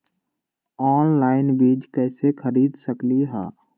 Online बीज कईसे खरीद सकली ह?